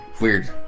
Weird